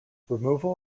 removal